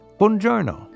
Buongiorno